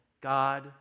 God